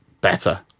better